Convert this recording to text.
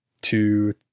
two